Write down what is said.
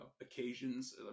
occasions